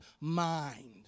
mind